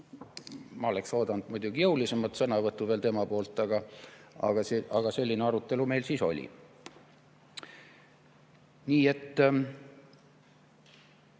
ma oleks oodanud muidugi jõulisemat sõnavõttu veel tema poolt, aga selline arutelu meil oli. Ja